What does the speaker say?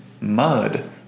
mud